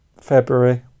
February